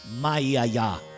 Mayaya